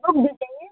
book दे देंगे